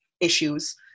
issues